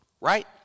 right